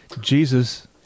Jesus